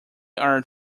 are